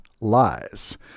lies